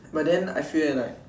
but then I feel that like